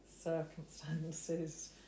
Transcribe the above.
circumstances